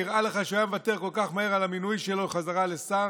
נראה לך שהוא היה מוותר כל כך מהר על המינוי שלו חזרה לשר?